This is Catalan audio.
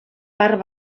part